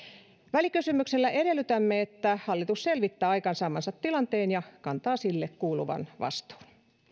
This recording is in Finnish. välikysymyksellä edellytämme että hallitus selvittää aikaansaamaansa tilanteen ja kantaa sille kuuluvan vastuun